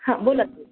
हां बोला